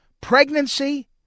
pregnancy